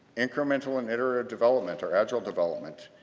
incremental and iterative development, or agile development.